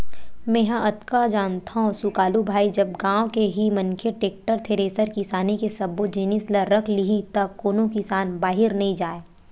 मेंहा अतका जानथव सुकालू भाई जब गाँव के ही मनखे टेक्टर, थेरेसर किसानी के सब्बो जिनिस ल रख लिही त कोनो किसान बाहिर नइ जाय